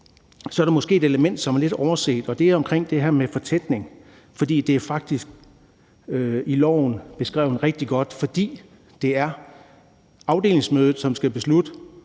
Så er der måske et element, som er lidt overset, og det er omkring det her med fortætning. Det er faktisk i lovforslaget beskrevet rigtig godt; det er på afdelingsmødet, som skal beslutte,